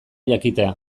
jakitea